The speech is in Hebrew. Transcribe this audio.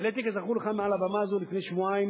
העליתי, כזכור, כאן מעל הבמה לפני שבועיים